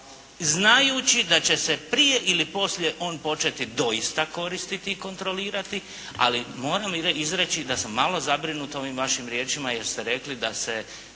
znajući da će se prije ili poslije on početi doista koristiti i kontrolirati. Ali, moram izreći da sam malo zabrinut ovim vašim riječima, jer ste rekli da se,